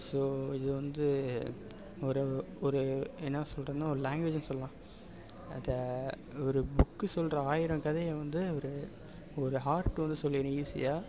so இது வந்து ஒரு ஒரு என்னா சொல்கிறதுன்னா ஒரு லேங்குவேஜுன்னு சொல்லலாம் அதை ஒரு புக்கு சொல்கிற ஆயிரம் கதையை வந்து ஒரு ஒரு ஆர்ட் வந்து சொல்லிடும் ஈஸியாக